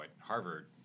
Harvard